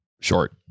short